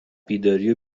بیداری